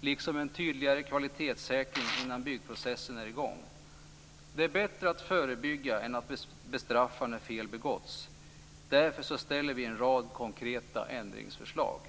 liksom en tydligare kvalitetssäkring innan byggprocessen är i gång. Det är bättre att förebygga än att bestraffa när fel begåtts. Därför lägger vi fram en rad konkreta ändringsförslag.